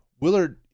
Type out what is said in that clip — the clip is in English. Willard